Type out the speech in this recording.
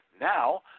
Now